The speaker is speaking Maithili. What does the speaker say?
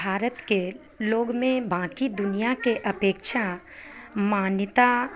भारत के लोग मे बाकी दुनिआ के अपेक्षा मान्यता